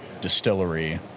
distillery